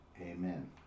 Amen